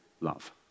love